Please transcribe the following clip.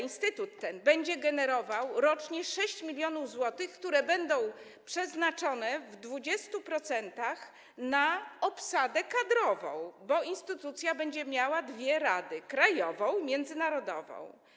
Instytut ten będzie generował rocznie 6 mln zł, które będą przeznaczone w 20% na obsadę kadrową, bo instytucja będzie miała dwie rady: krajową i międzynarodową.